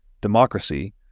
democracy